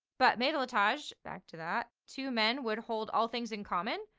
but matelotage, back to that, two men would hold all things in common.